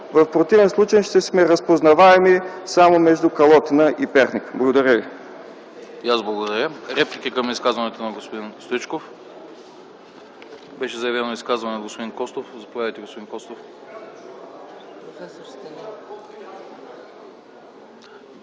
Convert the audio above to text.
В противен случай ще сме разпознаваеми само между Калотина и Перник. Благодаря ви.